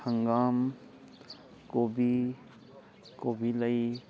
ꯍꯪꯒꯥꯝ ꯀꯣꯕꯤ ꯀꯣꯕꯤ ꯂꯩ